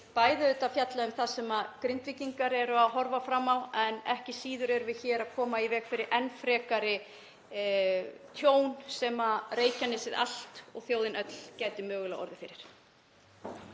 bæði að fjalla um það sem Grindvíkingar eru að horfa fram á en ekki síður erum við hér að koma í veg fyrir enn frekara tjón sem Reykjanesið allt og þjóðin öll gæti mögulega orðið fyrir.